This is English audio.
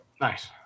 Nice